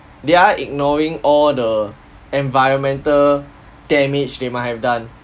they are ignoring all the environmental damage they might have done